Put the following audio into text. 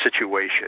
situation